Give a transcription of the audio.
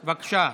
בבקשה.